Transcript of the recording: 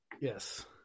yes